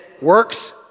works